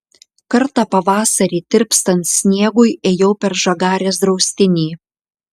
kartą pavasarį tirpstant sniegui ėjau per žagarės draustinį